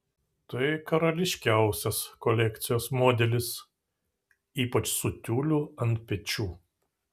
tai karališkiausias kolekcijos modelis ypač su tiuliu ant pečių